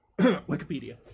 wikipedia